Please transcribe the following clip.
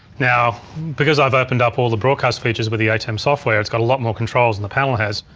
now because i've opened up all the broadcast features with the atem software, its got a lot more controls than the panel has.